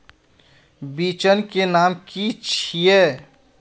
बिचन के नाम की छिये?